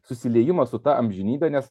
susiliejimas su ta amžinybe nes